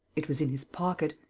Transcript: it was in his pocket.